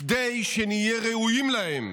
כדי שנהיה ראויים להם,